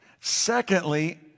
Secondly